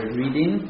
reading